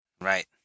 Right